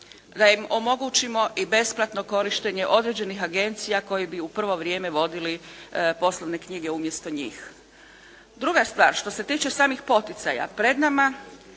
da im omogućimo i besplatno korištenje određenih agencija koji bi u prvo vrijeme vodili poslovne knjige umjesto njih. Druga stvar što se tiče samih poticaja, pred nama